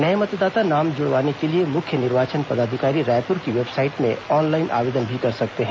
नये मतदाता अपना नाम जुड़वाने के लिए मुख्य निर्वाचन पदाधिकारी रायपुर की वेबसाइट में ऑनलाइन आवेदन भी कर सकते हैं